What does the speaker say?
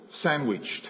sandwiched